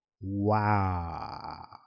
Wow